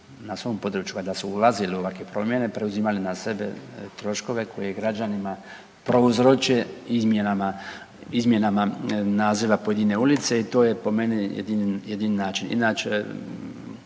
na svom području, valjda su ulazili u ovakve promjene, preuzimali na sebe troškove koji je građanima prouzročen izmjenama naziva pojedine ulice i to je po meni jedini način. Inače,